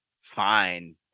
fine